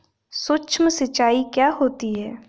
सुक्ष्म सिंचाई क्या होती है?